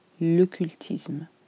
l'occultisme